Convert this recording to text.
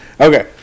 Okay